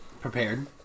Prepared